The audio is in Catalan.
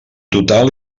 total